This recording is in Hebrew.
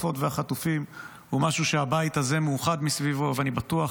מסביבו, ואני בטוח